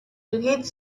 read